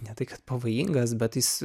ne tai kad pavojingas bet jis